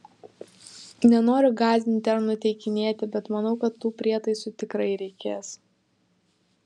nenoriu gąsdinti ar nuteikinėti bet manau kad tų prietaisų tikrai reikės